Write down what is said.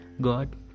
God